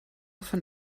von